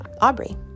Aubrey